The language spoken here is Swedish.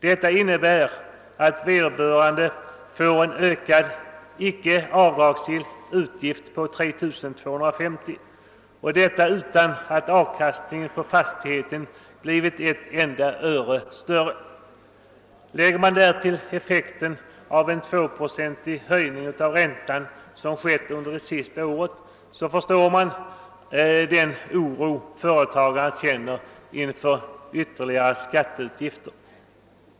Detta innebär att vederbörande får en ökad icke avdragsgill utgift på fastigheten på 3 250 kr. utan att avkasiningen på fastigheten ökat ett enda öre. Lägger man därtill effekten av den höjningen av räntan med 2 procent som skett under det senaste året, förstår man den oro företagaren känner inför ytterligare skatteutgifter.